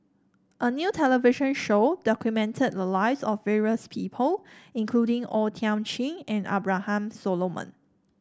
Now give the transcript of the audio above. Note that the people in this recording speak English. a new television show documented the lives of various people including O Thiam Chin and Abraham Solomon